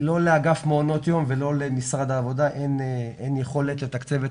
לא לאגף מעונות יום ולא למשרד העבודה אין יכולת לתקצב את